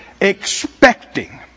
expecting